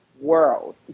world